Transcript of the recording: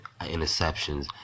interceptions